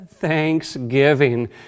Thanksgiving